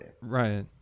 Right